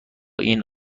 این